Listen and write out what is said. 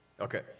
Okay